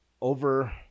over